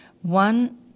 One